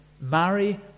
Marry